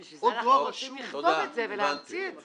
בשביל זה אנחנו רוצים לכתוב את זה ולהמציא את זה.